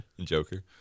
Joker